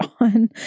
on